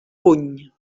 puny